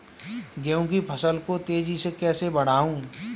गेहूँ की फसल को तेजी से कैसे बढ़ाऊँ?